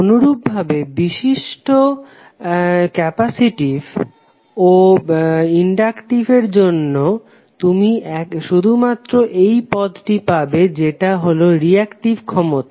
অনুরুপভাবে বিশুদ্ধ ক্যাপাসিটিভ ও ইনডাক্টিভ এর জন্য তুমি শুধুমাত্র এই পদটি পাবে যেটা হলো রিঅ্যাক্টিভ ক্ষমতা